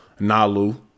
Nalu